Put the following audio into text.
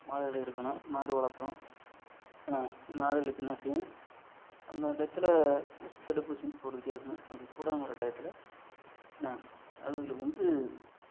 மாடுகள் இருக்கணும் மாடு வளர்த்தோம் என்னா மாடுங்களுக்கு என்ன செய்யணும் அந்தந்த டையத்தில் ஊசி தடுப்பூசி வந்து போட்டுக்கிட்டே இருக்கணும் அப்படி போடாம விட்ற டையத்தில் என்ன அதுங்களுக்கு வந்து